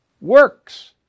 works